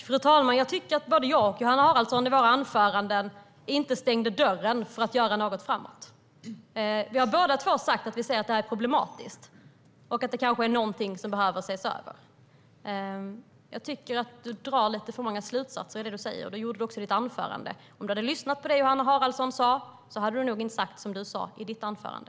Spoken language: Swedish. Fru talman! Jag tycker att både jag och Johanna Haraldsson i våra anföranden inte stängde dörren för att göra något framåt. Vi har båda sagt att detta är problematiskt och att det kanske är något som behöver ses över. Jag tycker att du drar lite för många slutsatser i det du säger, Carl-Oskar Bohlin. Det gjorde du också i ditt anförande. Om du hade lyssnat på det Johanna Haraldsson sa hade du nog inte sagt som du sa i ditt anförande.